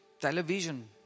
television